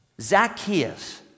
Zacchaeus